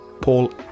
paul